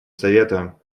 совета